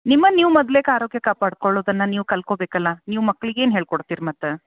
ನಿಮ್ಮನ್ನ ನೀವು ಮೊದಲೇಕ ಆರೋಗ್ಯ ಕಾಪಾಡ್ಕೊಳ್ಳುದನ್ನು ನೀವು ಕಲ್ತ್ಕೊಬೇಕಲ್ಲ ನೀವು ಮಕ್ಳಿಗೇನು ಹೇಳಿ ಕೊಡ್ತೀರಿ ಮತ್ತೆ